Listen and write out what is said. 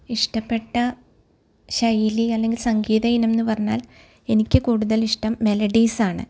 ഇഷ്ടപ്പെട്ട ശൈലി അല്ലെങ്കിൽ സംഗീത ഇനം എന്നുപറഞ്ഞാൽ എനിക്ക് കൂടുതലിഷ്ട്ടം മെലഡീസാണ്